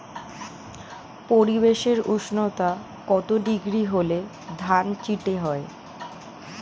পরিবেশের উষ্ণতা কত ডিগ্রি হলে ধান চিটে হয়?